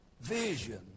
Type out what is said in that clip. Vision